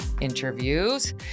interviews